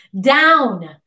down